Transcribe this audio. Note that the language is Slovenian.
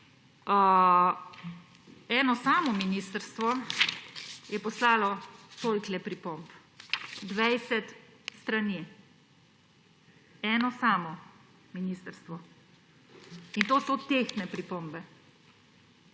Eno samo ministrstvo je poslalo 20 strani pripomb. Eno samo ministrstvo. In to so tehtne pripombe.